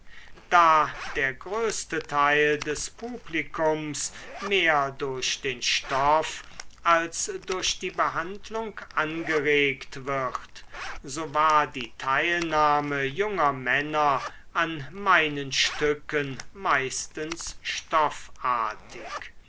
da der größte teil des publikums mehr durch den stoff als durch die behandlung angeregt wird so war die teilnahme junger männer an meinen stücken meistens